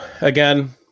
again